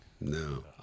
No